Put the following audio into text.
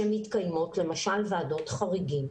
שמתקיימות, למשל, ועדות חריגים,